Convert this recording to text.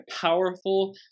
powerful